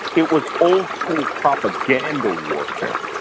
it was old school propaganda warfare,